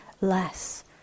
less